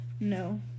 No